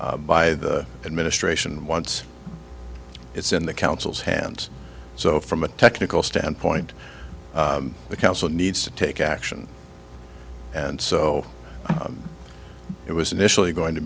by the administration once it's in the council's hands so from a technical standpoint the council needs to take action and so it was initially going to